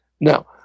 Now